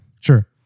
Sure